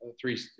three